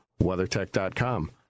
WeatherTech.com